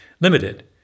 limited